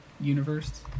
universe